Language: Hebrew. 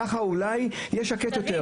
ככה אולי יהיה שקט יותר.